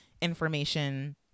information